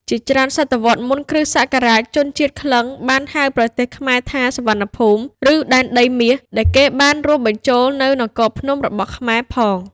ជាច្រើនសតវត្សរ៍មុនគ្រិស្តសករាជជនជាតិក្លិង្គ បានហៅ ប្រទេសខ្មែរថា សុវណ្ណភូមិ ឬ ដែនដីមាស ដែលគេបានរួមបញ្ចូលនូវនគរភ្នំ របស់ខ្មែរផង។